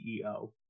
CEO